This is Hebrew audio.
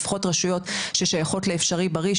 לפחות רשויות ששייכות ל'אפשרי בריא',